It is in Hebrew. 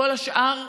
כל השאר,